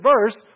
verse